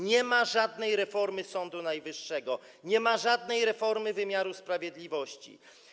Nie ma żadnej reformy Sądu Najwyższego, nie ma żadnej reformy wymiaru sprawiedliwości.